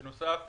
בנוסף,